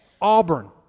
auburn